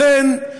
לכן,